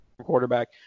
quarterback